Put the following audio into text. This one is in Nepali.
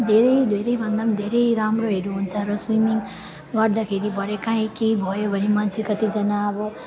धेरै धेरैभन्दा पनि धेरै राम्रोहरू हुन्छ र स्विमिङ गर्दाखेरि भरे काहीँ केही भयो भने मान्छे कतिजना अब